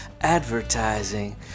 advertising